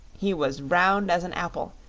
he was round as an apple,